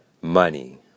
money